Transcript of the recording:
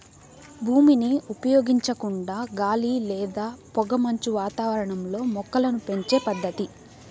భూమిని ఉపయోగించకుండా గాలి లేదా పొగమంచు వాతావరణంలో మొక్కలను పెంచే పద్దతి